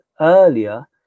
earlier